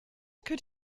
could